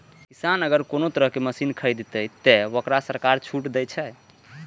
किसान अगर कोनो तरह के मशीन खरीद ते तय वोकरा सरकार छूट दे छे?